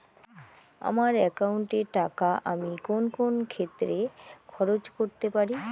আমার একাউন্ট এর টাকা আমি কোন কোন ক্ষেত্রে খরচ করতে পারি?